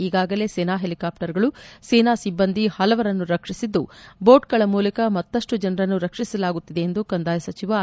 ಈಗಾಗಲೇ ಸೇನಾ ಹೆಲಿಕಾಪ್ಪರ್ಗಳು ಸೇನಾ ಸಿಬ್ಬಂದಿ ಹಲವರನ್ನು ರಕ್ಷಿಸಿದ್ದು ಬೋಟ್ ಗಳ ಮೂಲಕ ಮತ್ತಷ್ಟು ಜನರನ್ನು ರಕ್ಷಿಸಲಾಗುತ್ತಿದೆ ಎಂದು ಕಂದಾಯ ಸಚಿವ ಆರ್